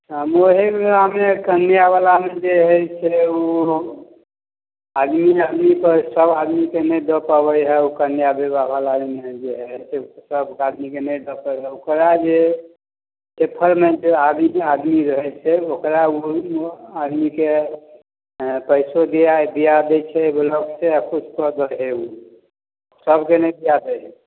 हम ओहीमे हमहूँ आओर कन्यावलामे जे हइ से ओ आदमीमे आदमीकेँ सभ आदमीकेँ नहि दऽ पाबै हइ ओ कन्या विवाहवला जे हइ से सभ आदमीकेँ नहि दऽ पाबै हइ ओकरा जे फेरमेंट आदमी आदमी रहै छै ओकरा ओ आदमीकेँ एँ पैसो दिआ दिआ दे छै ब्लॉकसँ आ किछुकेँ जे हइ ओ सभके नहि दिआबै हइ